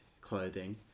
clothing